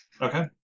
Okay